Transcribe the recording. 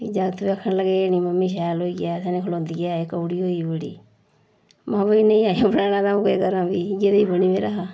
जागत बी आखन लगे एह् नी मम्मी शैल होई ऐ असें नी खलोंदी ऐ एह् कौड़ी होई गेई बड़ी महां फ्ही नेईं आई बनाना तां अ'ऊं केह् करां फ्ही इयै जेही बनी मेरा हा